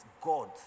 God